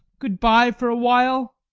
good-bye for a while!